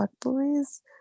boys